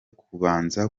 kubanza